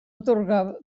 atorgar